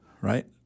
Right